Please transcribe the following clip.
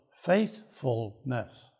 faithfulness